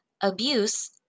Abuse